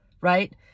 right